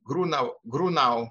grunau grunau